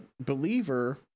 believer